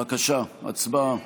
בבקשה, הצבעה.